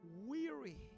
weary